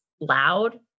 loud